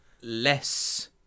less